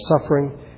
suffering